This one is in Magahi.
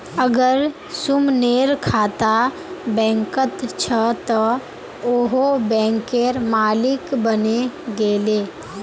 अगर सुमनेर खाता बैंकत छ त वोहों बैंकेर मालिक बने गेले